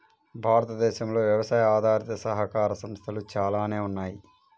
భారతదేశంలో వ్యవసాయ ఆధారిత సహకార సంస్థలు చాలానే ఉన్నాయి